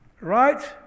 Right